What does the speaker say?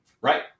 Right